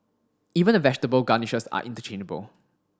even the vegetable garnishes are interchangeable